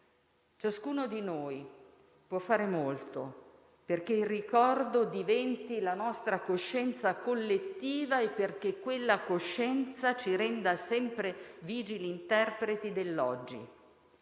Ciascuno di noi può fare molto perché il ricordo diventi la nostra coscienza collettiva e perché quella coscienza ci renda sempre vigili interpreti dell'oggi.